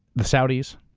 the saudis,